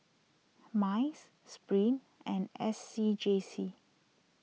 Minds Spring and S C J C